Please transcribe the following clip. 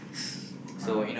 uh